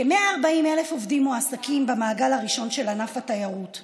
כ-140,000 עובדים מועסקים במעגל הראשון של ענף התיירות.